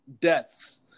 deaths